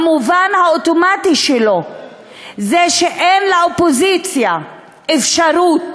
המובן האוטומטי שלו זה שאין לאופוזיציה אפשרות